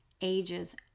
ages